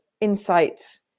insight